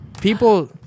people